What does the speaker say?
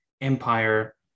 empire